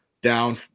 down